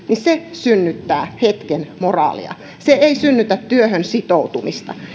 synnyttää hetken moraalia se ei synnytä työhön sitoutumista